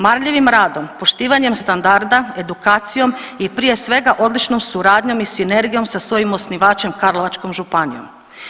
Marljivim radom, poštivanjem standarda, edukacijom i prije svega odličnom suradnjom i sinergijom sa svojim osnivačem Karlovačkom županijom.